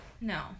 No